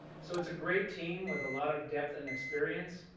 so it's a great team with a lot of depth and experience.